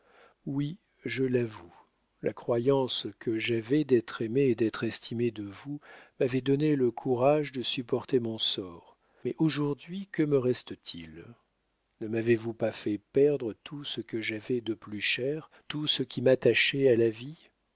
oui je la voue la croyence que javoit d'être aimée et d'être estimée de vou m'avoit donné le couraje de suporter mon sort mais aujourd'hui que me reste til ne m'avez vous pas fai perdre tout ce que j'avoit de plus cher tout ce qui m'attachait à la vie